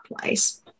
place